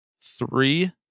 three